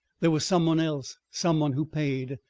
there was some one else, some one who paid.